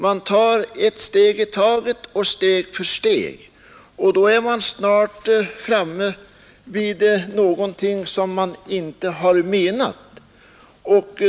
Man tar ett steg i taget och går steg för steg, och då är man snart framme vid någonting som man inte har menat.